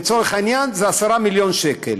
לצורך העניין זה 10 מיליון שקל.